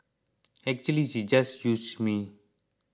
actually she just used me